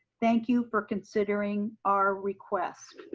thank you for considering our request.